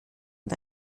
und